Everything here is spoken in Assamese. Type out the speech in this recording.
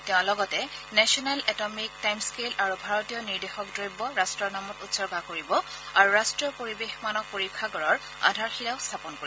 তেওঁ লগতে নেশ্যনেল এটমিক টাইমস্থেল আৰু ভাৰতীয় নিৰ্দেশক দ্ৰব্য ৰাষ্ট্ৰৰ নামত উৎসৰ্গা কৰিব আৰু ৰাষ্টীয় পৰিৱেশ মানক পৰীক্ষাগাৰৰ আধাৰশিলা স্থাপন কৰিব